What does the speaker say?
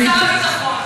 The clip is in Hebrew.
אני,